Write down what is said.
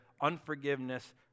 unforgiveness